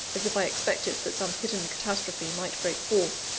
as if i expected that some hidden catastrophe might break forth,